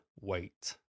wait